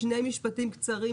שני משפטים קצרים,